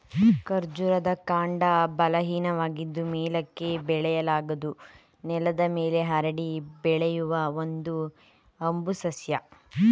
ಕರ್ಬೂಜದ ಕಾಂಡ ಬಲಹೀನವಾಗಿದ್ದು ಮೇಲಕ್ಕೆ ಬೆಳೆಯಲಾರದು ನೆಲದ ಮೇಲೆ ಹರಡಿ ಬೆಳೆಯುವ ಒಂದು ಹಂಬು ಸಸ್ಯ